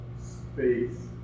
space